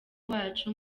wacu